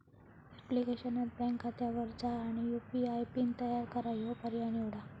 ऍप्लिकेशनात बँक खात्यावर जा आणि यू.पी.आय पिन तयार करा ह्यो पर्याय निवडा